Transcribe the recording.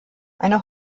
eine